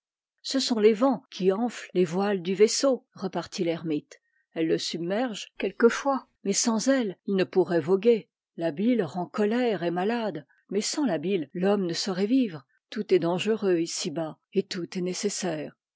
ce sont les vents qui enflent les voiles du vaisseau repartit l'ermite elles le submergent quelquefois mais sans elles il ne pourrait voguer la bile rend colère et malade mais sans la bile l'homme ne saurait vivre tout est dangereux ici-bas et tout est nécessaire